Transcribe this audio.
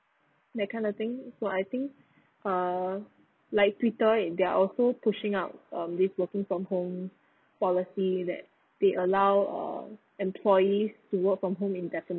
that kind of thing what I think err like twitter and they're also pushing out um this working from home policy that they allow err employees to work from home indefinitely